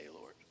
Lord